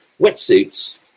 Wetsuits